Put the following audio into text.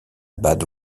bad